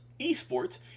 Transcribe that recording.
eSports